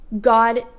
God